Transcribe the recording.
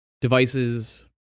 devices